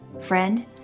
Friend